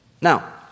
Now